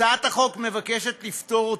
הצעת החוק מבקשת לפטור אותם,